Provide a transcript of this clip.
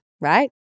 right